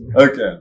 Okay